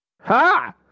Ha